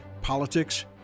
politics